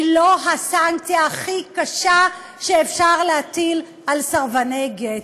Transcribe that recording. היא לא הסנקציה הכי קשה שאפשר להטיל על סרבני גט.